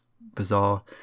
bizarre